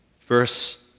Verse